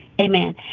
amen